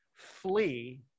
Flee